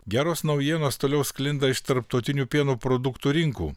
geros naujienos toliau sklinda iš tarptautinių pieno produktų rinkų